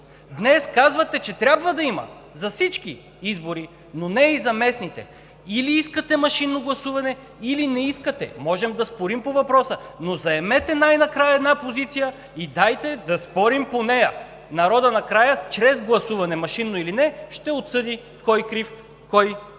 Днес казвате, че трябва да има за всички избори, но не и за местните! Или искате машинно гласуване, или не искате. Можем да спорим по въпроса, но заемете най-накрая една позиция и дайте да спорим по нея. Народът накрая чрез гласуване – машинно или не, ще отсъди кой крив, кой прав.